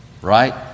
right